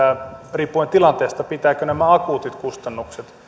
riippuen tilanteesta pitääkö näiden akuuttien kustannusten